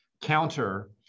counter